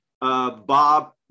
Bob